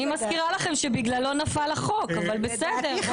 אני מזכירה לכם שבגללו נפל החוק, אבל בסדר.